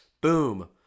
boom